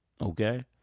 okay